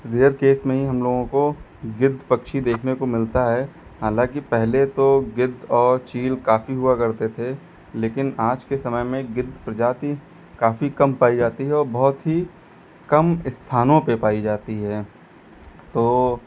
रेर केस में ही हम लोगों को गिद्ध पक्षी देखने को मिलता है हालांकि पहले तो गिद्ध और चील काफी हुआ करते थे लेकिन आज के समय में गिद्ध प्रजाति काफी कम पाई जाती है और बहुत ही कम स्थानों पर पाई जाती है तो